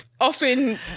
often